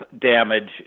damage